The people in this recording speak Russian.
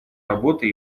работы